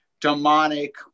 demonic